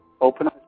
open